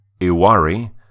Iwari